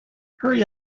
hurry